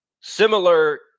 Similar